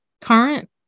current